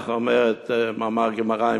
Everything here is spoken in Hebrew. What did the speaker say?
כך אומר מאמר גמרא,